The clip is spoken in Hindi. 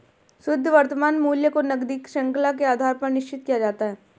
शुद्ध वर्तमान मूल्य को नकदी शृंखला के आधार पर निश्चित किया जाता है